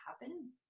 happen